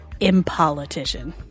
Impolitician